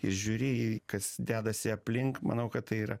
ir žiūrėjai kas dedasi aplink manau kad tai yra